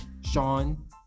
Sean